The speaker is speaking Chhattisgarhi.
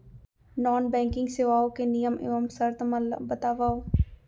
नॉन बैंकिंग सेवाओं के नियम एवं शर्त मन ला बतावव